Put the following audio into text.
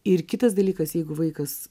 ir kitas dalykas jeigu vaikas